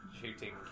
shooting